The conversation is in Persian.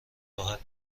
راحت